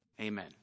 Amen